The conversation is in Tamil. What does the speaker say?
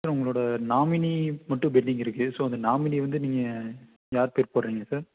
சார் உங்களோட நாமினி மட்டும் பெண்டிங் இருக்குது ஸோ அந்த நாமினி வந்து நீங்கள் யார் பேர் போடுகிறீங்க சார்